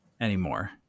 anymore